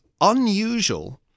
unusual